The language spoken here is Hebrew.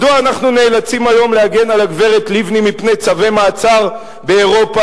מדוע אנחנו נאלצים היום להגן על הגברת לבני מפני צווי מעצר באירופה,